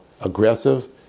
aggressive